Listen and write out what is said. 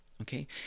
okay